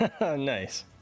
Nice